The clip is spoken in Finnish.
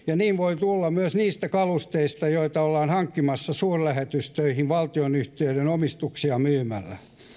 ja niin voi tulla myös niistä kalusteista joita ollaan hankkimassa suurlähetystöihin valtionyhtiöiden omistuksia myymällä